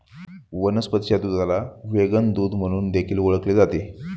वनस्पतीच्या दुधाला व्हेगन दूध म्हणून देखील ओळखले जाते